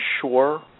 sure